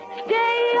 stay